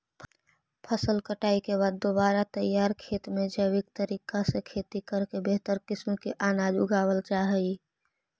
फसल कटाई के बाद दोबारा तैयार खेत में जैविक तरीका से खेती करके बेहतर किस्म के अनाज उगावल जा हइ